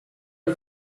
del